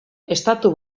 estatu